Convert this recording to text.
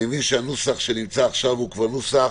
אני מבין שהנוסח כאן הוא נוסח